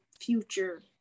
future